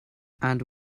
and